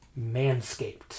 MANSCAPED